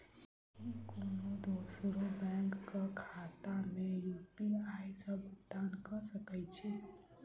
की कोनो दोसरो बैंक कऽ खाता मे यु.पी.आई सऽ भुगतान कऽ सकय छी?